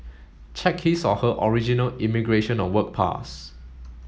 check his or her original immigration or work pass